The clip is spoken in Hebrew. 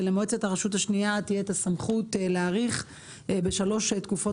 ולמועצת הרשות השנייה תהיה את הסמכות להאריך בשלוש תקופות